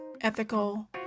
ethical